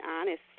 honest